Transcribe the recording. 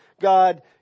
God